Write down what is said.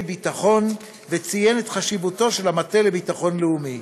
ביטחון וציין את חשיבותו של המטה לביטחון לאומי.